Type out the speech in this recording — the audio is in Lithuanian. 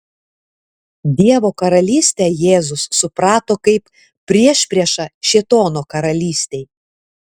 dievo karalystę jėzus suprato kaip priešpriešą šėtono karalystei